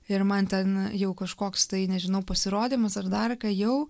ir man ten jau kažkoks tai nežinau pasirodymas ar dar ką jau